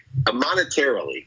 monetarily